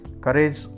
Courage